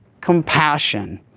compassion